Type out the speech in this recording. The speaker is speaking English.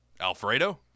Alfredo